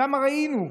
שם ראינו.